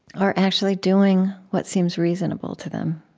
are actually doing what seems reasonable to them.